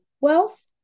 wealth